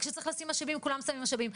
וכשצריך לשים משאבים כולם שמים משאבים.